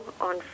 on